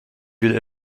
will